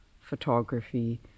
photography